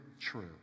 true